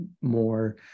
more